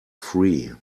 free